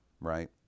right